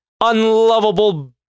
unlovable